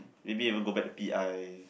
maybe even go back to p_i